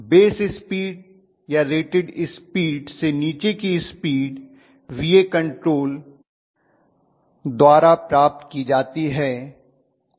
base speed या rated speed से नीचे की स्पीड Va कंट्रोल द्वारा प्राप्त की जाती है